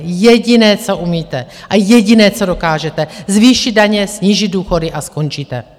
Jediné, co umíte, a jediné, co dokážete: zvýšit daně, snížit důchody a skončíte.